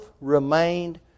remained